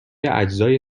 اجزای